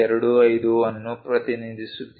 25 ಅನ್ನು ಪ್ರತಿನಿಧಿಸುತ್ತಿದ್ದೇವೆ